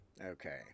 Okay